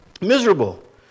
Miserable